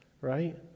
right